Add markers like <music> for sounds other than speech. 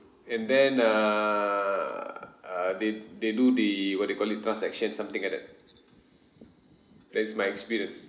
and then err uh they they do the what they call it transaction something like that <breath> that is my experience